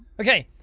ok.